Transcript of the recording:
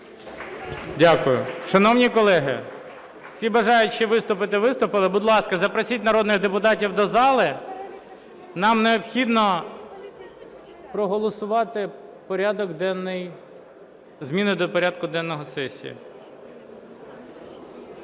Дякую. Шановні колеги, всі бажаючі виступити виступили. Будь ласка, запросіть народних депутатів до зали. Нам необхідно проголосувати порядок денний, зміни до порядку денного сесії.